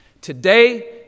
Today